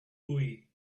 hooey